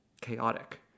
chaotic